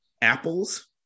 apples